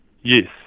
Yes